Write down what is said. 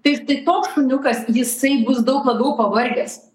tai tai toks šuniukas jisai bus daug labiau pavargęs